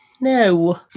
No